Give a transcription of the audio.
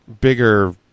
bigger